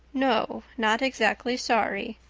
no, not exactly sorry.